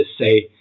say